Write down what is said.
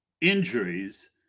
injuries